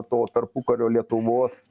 to tarpukario lietuvos